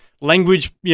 language